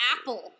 Apple